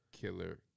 Killer